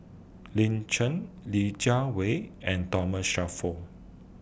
Lin Chen Li Jiawei and Thomas Shelford